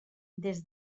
des